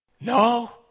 No